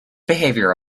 behavior